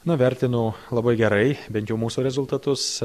na vertinu labai gerai bent jau mūsų rezultatus